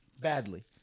badly